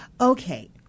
Okay